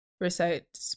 recite